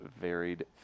varied